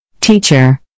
Teacher